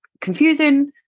confusing